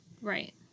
right